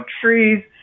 trees